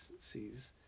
sees